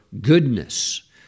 goodness